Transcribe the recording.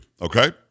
Okay